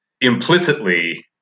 implicitly